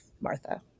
Martha